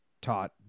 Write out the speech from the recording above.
taught